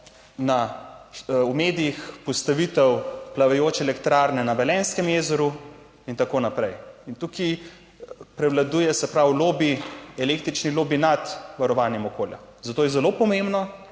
v medijih Postavitev plavajoče elektrarne na Velenjskem jezeru in tako naprej. Tukaj prevladuje električni lobi nad varovanjem okolja. Zato je zelo pomembno,